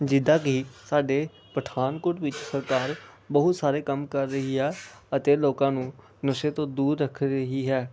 ਜਿੱਦਾਂ ਕਿ ਸਾਡੇ ਪਠਾਨਕੋਟ ਵਿੱਚ ਸਰਕਾਰ ਬਹੁਤ ਸਾਰੇ ਕੰਮ ਕਰ ਰਹੀ ਆ ਅਤੇ ਲੋਕਾਂ ਨੂੰ ਨਸ਼ੇ ਤੋਂ ਦੂਰ ਰੱਖ ਰਹੀ ਹੈ